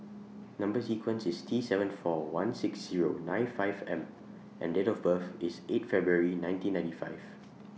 Number sequence IS T seven four one six Zero nine five M and Date of birth IS eight February nineteen ninety five